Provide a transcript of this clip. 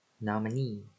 Nominee